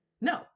No